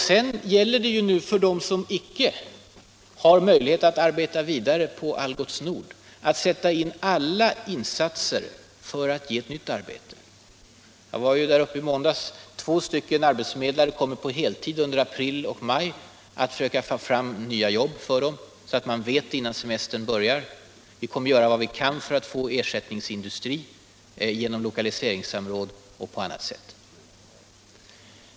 Sedan gäller det att för dem som icke har möjlighet att arbeta vidare på Algots Nord göra alla insatser så att de kan få ett nytt arbete. Jag var där uppe i måndags. Två stycken arbetsförmedlare kommer på heltid under april och maj att försöka ta fram nya jobb för dem så att de vet hur det går innan semestern börjar. Vi kommer att göra vad vi kan för att få ersättningsindustri genom lokaliseringssamråd och på annat sätt.